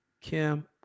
Kim